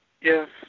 Yes